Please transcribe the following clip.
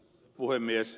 puhemies